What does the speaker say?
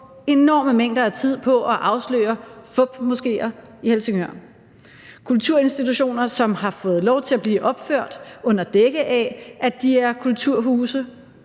enorme mængder af tid på at afsløre fupmoskéer i Helsingør; kulturinstitutioner, som har fået lov til at blive opført under dække af, at de er kulturhuse;